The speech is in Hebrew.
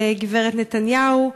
גברת נתניהו,